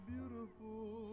Beautiful